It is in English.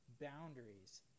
boundaries